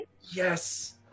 Yes